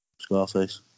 Scarface